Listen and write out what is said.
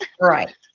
Right